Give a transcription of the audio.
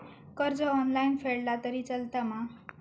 कर्ज ऑनलाइन फेडला तरी चलता मा?